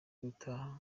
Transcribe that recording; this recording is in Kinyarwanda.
gutaha